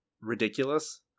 ridiculous